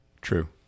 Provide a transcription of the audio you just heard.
true